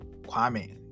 Kwame